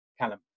Callum